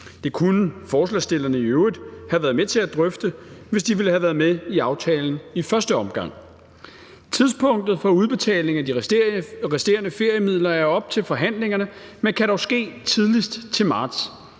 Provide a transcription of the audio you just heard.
Det kunne forslagsstillerne i øvrigt have været med til at drøfte, hvis de havde villet være med i aftalen i første omgang. Tidspunktet for udbetaling af de resterende feriemidler er det op til aftalepartierne at fastlægge i